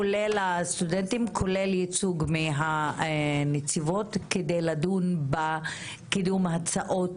כולל הסטודנטים וכולל ייצוג של הנציבות כדי לדון בקידום הצעות